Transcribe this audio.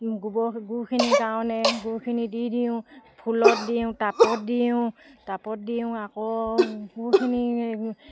গোবৰ গুখিনিৰ কাৰণে গুখিনি দি দিওঁ ফুলত দিওঁ টাপত দিওঁ টাপত দিওঁ আকৌ গুখিনি